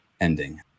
ending